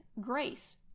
grace